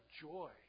joy